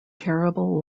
terrible